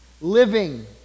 living